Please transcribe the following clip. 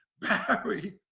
Barry